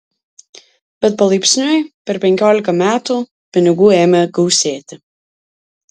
bet palaipsniui per penkiolika metų pinigų ėmė gausėti